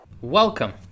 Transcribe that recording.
Welcome